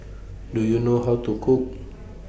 Do YOU know How to Cook